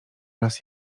raz